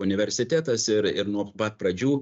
universitetas ir ir nuo pat pradžių